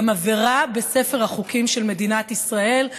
גם עבירה בספר החוקים של מדינת ישראל,